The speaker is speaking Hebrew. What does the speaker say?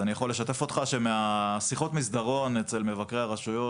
אז אני יכול לשתף אותך שמשיחות מסדרון אצל מבקרי הרשויות,